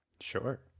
Sure